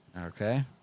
Okay